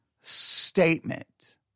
statement